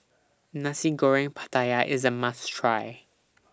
Nasi Goreng Pattaya IS A must Try